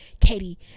Katie